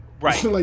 right